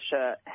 shirt